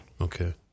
Okay